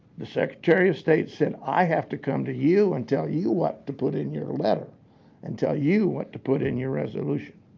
the secretary of state said i have to come to you and tell you what to put in your letter and tell you what to put in your resolution.